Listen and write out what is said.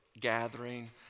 gathering